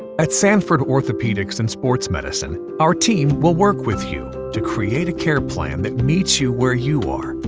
at sanford orthopedics and sports medicine, our team will work with you to create a care plan that meets you where you are.